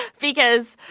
because,